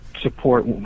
support